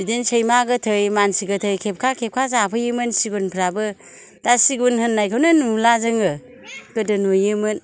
बिदिनो सैमा गोथै मानसि गोथै खेबखा खेबखा जाफैयोमोन सिगुनफ्राबो दा सिगुन होननायखौनो नुला जोङो गोदो नुयोमोन